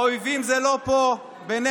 האויבים זה לא פה בינינו,